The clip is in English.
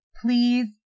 please